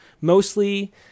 mostly